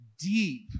deep